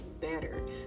better